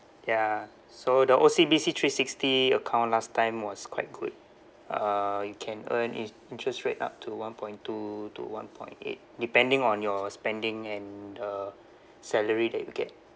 ya so the O_C_B_C three sixty account last time was quite good uh you can earn in~ interest rate up to one point two to one point eight depending on your spending and the salary that you get